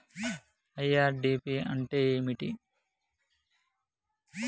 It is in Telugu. ఐ.ఆర్.డి.పి అంటే ఏమిటి?